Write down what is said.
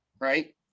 Right